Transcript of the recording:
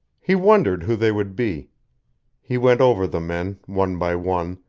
he wondered who they would be he went over the men, one by one,